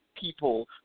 people